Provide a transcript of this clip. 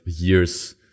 years